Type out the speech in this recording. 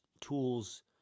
tools